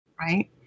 Right